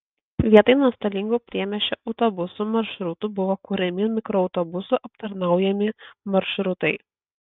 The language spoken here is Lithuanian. vietoj nuostolingų priemiesčio autobusų maršrutų buvo kuriami mikroautobusų aptarnaujami maršrutai